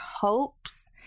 hopes